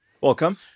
welcome